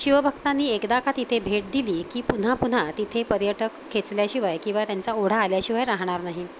शिवभक्तांनी एकदा का तिथे भेट दिली की पुन्हा पुन्हा तिथे पर्यटक खेचल्याशिवाय किंवा त्यांचा ओढा आल्याशिवाय राहणार नाही